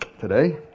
today